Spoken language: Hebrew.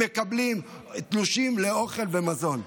מקבלים תלושים לאוכל ומזון.